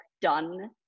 done